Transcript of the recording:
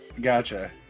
Gotcha